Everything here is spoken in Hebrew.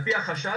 על פי החשד,